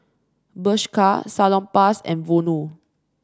Bershka Salonpas and Vono